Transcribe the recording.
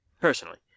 Personally